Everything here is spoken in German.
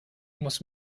muss